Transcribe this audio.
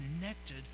connected